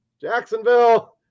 Jacksonville